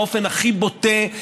באופן הכי בוטה,